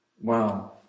Wow